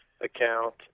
account